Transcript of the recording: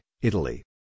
Italy